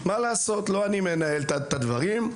לא אני מנהל את הדברים.